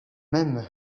même